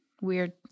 weird